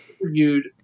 interviewed